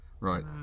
Right